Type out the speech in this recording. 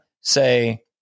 say